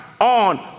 on